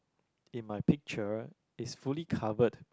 in my picture is fully covered